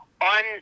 on